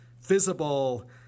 visible